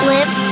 Live